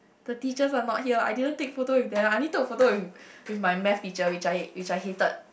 the teachers are not here I didn't take photo with them I only took a photo with with my math teacher which I which I hated